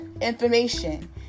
information